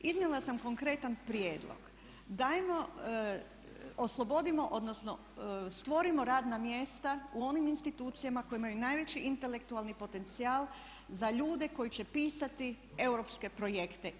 Iznijela sam konkretan prijedlog, dajmo, oslobodimo, odnosno stvorimo radna mjesta u onim institucijama koje imaju najveći intelektualni potencijal za ljude koji će pisati europske projekte.